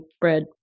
bread